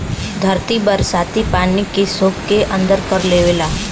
धरती बरसाती पानी के सोख के अंदर कर लेवला